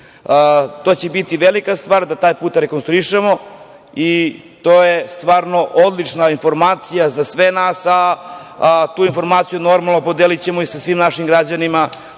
to će biti velika stvar da taj put rekonstruišemo, i to je stvarno odlična informacija za sve nas, a tu informaciju podelićemo i sa svim našim građanima